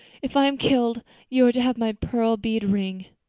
if i am killed you are to have my pearl bead ring.